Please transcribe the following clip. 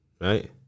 right